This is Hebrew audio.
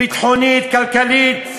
ביטחונית, כלכלית.